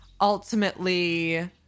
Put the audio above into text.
ultimately